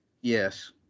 Yes